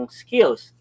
skills